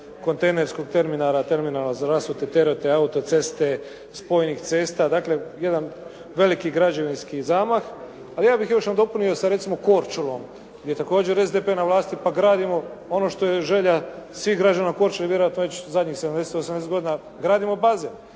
kontejnerskog terminala, terminala za rasute terete, autoceste, spojnih cesta, dakle jedan veliki građevinski zamah. Ali ja bih još nadopunio sa recimo Korčulom gdje je također SDP na vlasti pa gradimo ono što je želja svih građana Korčule vjerojatno već zadnjih sedamdeset, osamdeset godina, gradimo bazen.